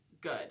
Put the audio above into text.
Good